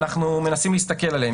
אנחנו מנסים להסתכל עליהן.